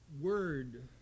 word